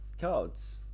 cards